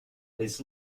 his